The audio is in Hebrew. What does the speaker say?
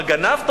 מה, גנבת?